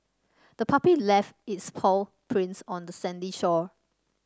the puppy left its paw prints on the sandy shore